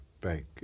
bank